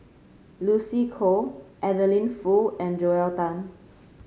Lucy Koh Adeline Foo and Joel Tan